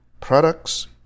products